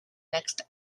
next